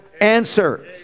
answer